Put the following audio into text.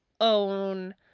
own